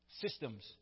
Systems